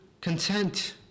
content